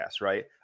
right